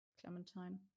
Clementine